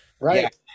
Right